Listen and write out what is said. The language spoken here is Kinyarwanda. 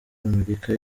amerika